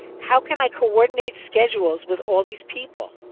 how can i coordinate schedules with all these people?